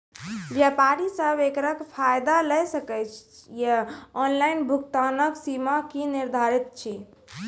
व्यापारी सब एकरऽ फायदा ले सकै ये? ऑनलाइन भुगतानक सीमा की निर्धारित ऐछि?